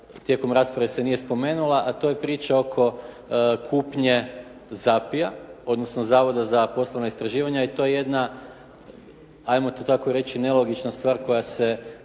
tijekom rasprave se nije spomenula, a to je priča oko kupnje ZAPI-ja, odnosno Zavoda za poslovno istraživanje i to je jedna, hajmo to tako reći nelogična stvar koja se